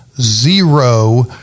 zero